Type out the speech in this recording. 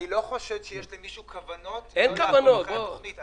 אני לא חושד שיש למישהו כוונות לא לעקוב אחרי התכנית,